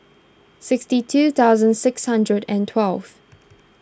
sixty two thousand six hundred and twelve